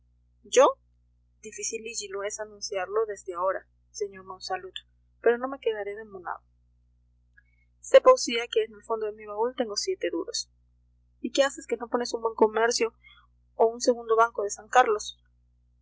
yo dificilillo es anunciarlo desde ahora sr monsalud pero no me quedaré de monago sepa usía que en el fondo de mi baúl tengo siete duros y qué haces que no pones un buen comercio o un segundo banco de san carlos